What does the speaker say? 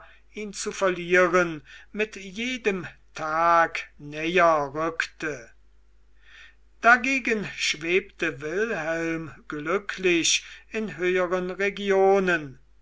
ihn zu verlieren mit jedem tage näher rückte dagegen schwebte wilhelm glücklich in höheren regionen